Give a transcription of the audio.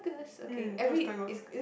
mm so it's quite good